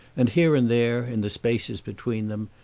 and here and there, in the spaces between them,